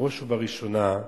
בראש ובראשונה,